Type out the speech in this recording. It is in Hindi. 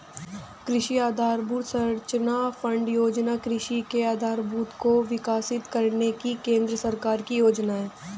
कृषि आधरभूत संरचना फण्ड योजना कृषि के आधारभूत को विकसित करने की केंद्र सरकार की योजना है